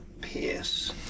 pierce